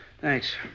Thanks